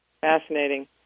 Fascinating